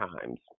times